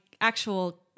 actual